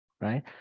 right